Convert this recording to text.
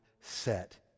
set